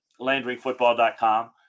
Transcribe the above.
LandryFootball.com